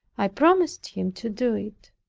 i promised him to do it.